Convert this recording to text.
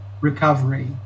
recovery